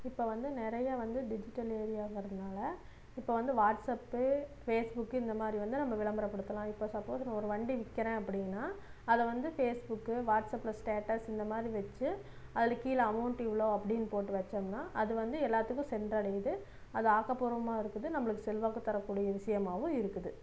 இப்போ வந்து நிறைய வந்து டிஜிட்டல் ஏரியாங்கிறதுனால இப்போ வந்து வாட்ஸ்அப்பு ஃபேஸ்புக்கு இந்த மாதிரி வந்து நம்ம விளம்பரம் படுத்தலாம் இப்போது சப்போஸ் நான் ஒரு வண்டி விற்கிறேன் அப்படின்னா அதை வந்து ஃபேஸ்புக்கு வாட்ஸ்அப்பில் ஸ்டேட்டஸ் இந்த மாதிரி வைச்சி அது கீழே அமௌண்ட்டு இவ்வளோ அப்பிடின்னு போட்டு வெச்சோம்னா அது வந்து எல்லாத்துக்கும் சென்றடையுது அது ஆக்கப்பூர்வமாகவும் இருக்குது நம்மளுக்கு செல்வாக்கு தரக்கூடிய விஷயமாவும் இருக்குது